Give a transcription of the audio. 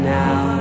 now